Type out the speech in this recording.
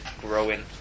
growing